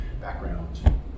background